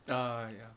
ah ya